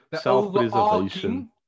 self-preservation